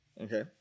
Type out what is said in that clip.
Okay